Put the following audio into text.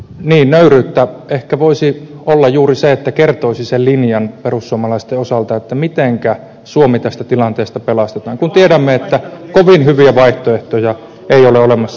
niin nöyryyttä ehkä voisi olla juuri se että kertoisi sen linjan perussuomalaisten osalta mitenkä suomi tästä tilanteesta pelastetaan kun tiedämme että kovin hyviä vaihtoehtoja ei ole olemassa